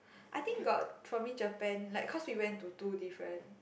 I think got for me Japan like because we went to like two different